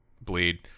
bleed